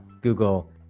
Google